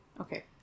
Okay